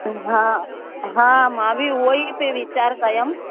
हा हा मां बि उहेई पई वीचार कयमि